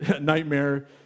nightmare